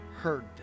heard